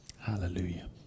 hallelujah